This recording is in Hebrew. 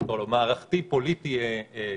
מערכתי פוליטי שונה.